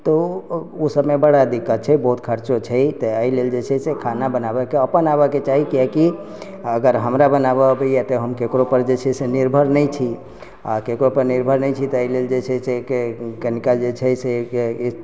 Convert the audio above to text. तऽ ओ सभमे बड़ा दिक्कत छै बहुत खर्चो छै तैयारी लेल जेछै से खाना बनाबऽ अपन एबाके चाही किआकि अगर हमरा बनाबऽ आबैया ककरो पर जेछै से निर्भर नहि छी आ ककरो पर निर्भर नहि छी तऽ एहि लेल जेछै से कनिका जेछै से